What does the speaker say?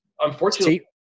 Unfortunately